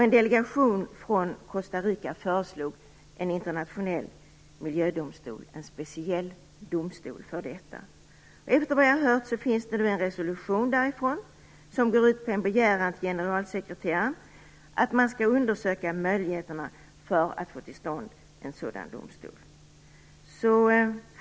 En delegation från Costa Rica föreslog en internationell miljödomstol - en speciell domstol för miljön. Efter vad jag har hört finns det nu en resolution därifrån som går ut på en begäran till generalsekreteraren om att undersöka möjligheterna för att få till stånd en sådan domstol.